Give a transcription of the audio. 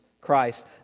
Christ